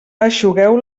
eixugueu